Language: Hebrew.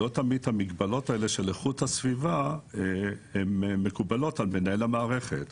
המגבלות של איכות הסביבה לא תמיד מקובלות על מנהל המערכת.